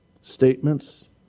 statements